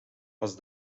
als